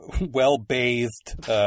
well-bathed